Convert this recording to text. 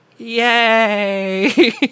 Yay